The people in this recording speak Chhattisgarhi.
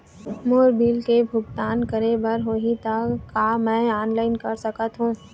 मोर बिल के भुगतान करे बर होही ता का मैं ऑनलाइन कर सकथों?